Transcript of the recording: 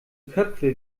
köpfe